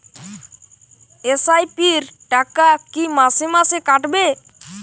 SIP র টাকা কী মাসে মাসে কাটবে?